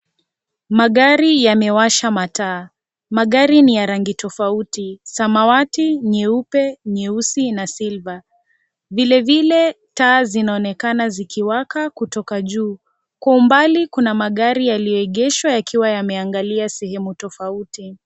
Magari yamewasha mataa. Magari ni ya rangi tofauti samawati, nyeupa, nyeusi na silva. Vilevile taa zinaonekana zikiwaka kutoka juu. Kwa umbali kuna magari yaliyoegeshwa yakiwa yameangalia sehemu tofauti.